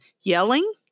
yelling